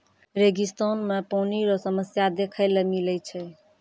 रेगिस्तान मे पानी रो समस्या देखै ले मिलै छै